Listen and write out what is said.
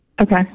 Okay